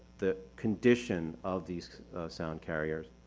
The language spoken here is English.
the condition of these sound carriers.